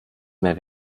mehr